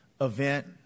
event